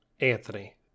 Anthony